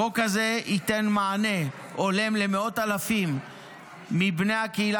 החוק הזה ייתן מענה הולם למאות אלפים מבני הקהילה